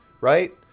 right